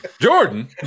Jordan